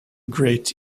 great